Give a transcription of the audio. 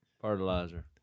Fertilizer